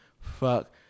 Fuck